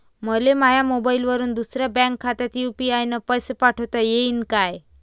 मले माह्या मोबाईलवरून दुसऱ्या बँक खात्यात यू.पी.आय न पैसे पाठोता येईन काय?